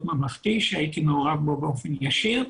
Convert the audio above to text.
ממלכתי שהייתי מעורב בו באופן ישיר.